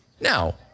Now